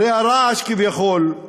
הרי הרעש, כביכול,